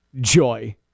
joy